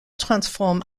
transforment